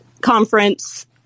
conference